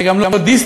זה גם לא דיסנילנד,